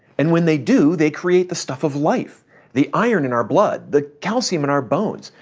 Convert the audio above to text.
and when they do they create the stuff of life the iron in our blood, the calcium in our bones,